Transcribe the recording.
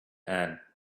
ann